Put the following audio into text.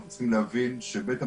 אנחנו צריכים להבין שבית המשפט